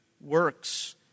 works